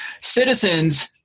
citizens